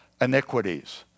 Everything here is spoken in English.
iniquities